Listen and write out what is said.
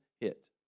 hit